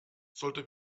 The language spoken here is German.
sollte